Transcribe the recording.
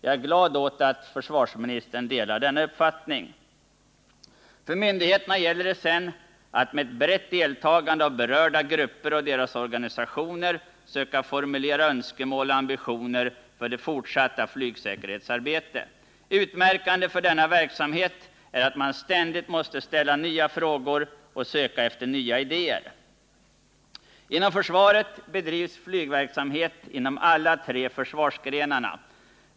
Jag är glad åt att försvarsministern delar denna uppfattning. För myndigheterna gäller det sedan att med ett brett deltagande av berörda grupper och deras organisationer söka formulera önskemål och ambitioner för det fortsatta flygsäkerhetsarbetet. Utmärkande för denna verksamhet är att man ständigt måste ställa nya frågor och söka efter nya idéer. Inom försvaret bedrivs flygverksamhet inom alla tre försvarsgrenarna.